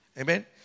Amen